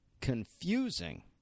confusing